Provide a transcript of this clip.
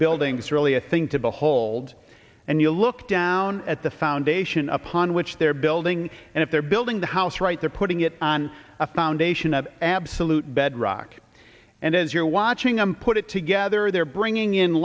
buildings really a thing to behold and you look down at the foundation upon which they're building and if they're building the house right they're putting it on a foundation of absolute bedrock and as you're watching them put it together they're bringing in